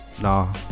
Nah